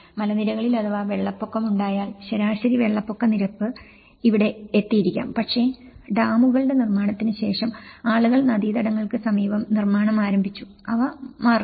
മലനിരകളിൽ അഥവാ വെള്ളപ്പൊക്കം ഉണ്ടായാൽ ശരാശരി വെള്ളപ്പൊക്കനിരപ്പ് ഇവിടെ എത്തിയിരിക്കാം പക്ഷേ ഡാമുകളുടെ നിർമ്മാണത്തിന് ശേഷം ആളുകൾ നദീതടങ്ങൾക്ക് സമീപം നിർമ്മാണം ആരംഭിച്ചു അവ മാറുന്നു